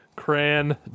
Cran